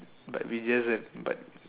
but we just have but